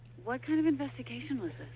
what kind of investigation was